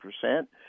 percent